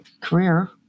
career